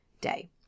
day